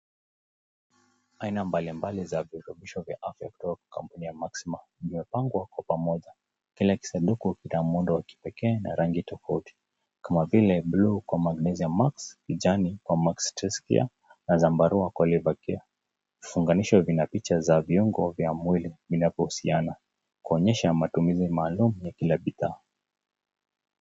Aina mbalimbali za virutubisho vya afya kutoka kampuni ya maxima, zimepangwa kwa pamoja. Kila kisanduku kina muundo wa kipekee na rangi tofauti, kama vile buluu kwa mezamax. kijana kwa max testcare na zambaru kwa lathercare. Vifungaznisho zina picha vya viungo vya mwili ya kuhusiana, kuonyesha matumizi maalum ya kila bidhaa.